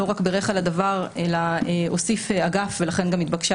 לא רק בירך על הדבר אלא הוסיף אגף - ולכן גם התבקשה